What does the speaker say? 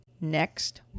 next